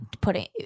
putting